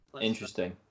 interesting